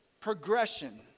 progression